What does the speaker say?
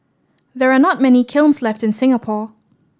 there are not many kilns left in Singapore